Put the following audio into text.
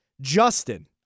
Justin